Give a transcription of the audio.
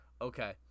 Okay